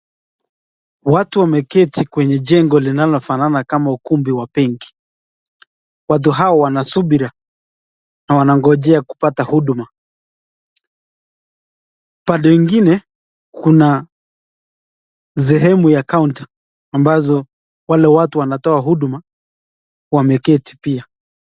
Watu wameketi kwenye jengo linalofanana kama ukumbi wa benki watu hawa wana subira na wanangojea kupata huduma. Pande ingine kuna sehemu ya kaunta ambazo wale watu wanatoa huduma wameketi pia.